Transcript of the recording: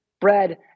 bread